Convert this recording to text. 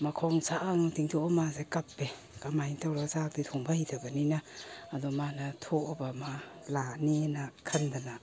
ꯃꯈꯣꯡ ꯁꯥꯡꯅ ꯇꯤꯡꯊꯣꯛꯑꯒ ꯃꯥꯁꯦ ꯀꯞꯄꯦ ꯀꯃꯥꯏꯅ ꯇꯧꯔ ꯆꯥꯛꯇꯤ ꯊꯣꯡꯕ ꯍꯩꯇꯕꯅꯤꯅ ꯑꯗꯨ ꯃꯥꯅ ꯊꯣꯛꯑꯕ ꯑꯃ ꯂꯥꯛꯑꯅꯤꯅ ꯈꯟꯗꯅ